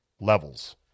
levels